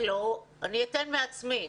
אציג דוגמה מעצמי.